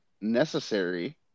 necessary